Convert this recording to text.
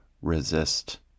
resist